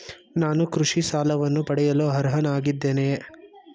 ನಾನು ಕೃಷಿ ಸಾಲವನ್ನು ಪಡೆಯಲು ಅರ್ಹನಾಗಿದ್ದೇನೆಯೇ?